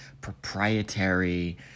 proprietary